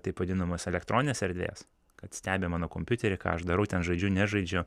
taip vadinamos elektroninės erdvės kad stebi mano kompiuterį ką aš darau ten žadžiu nežaidžiu